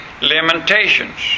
limitations